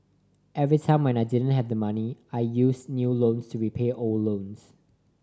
every time when I didn't have the money I used new loans to repay old loans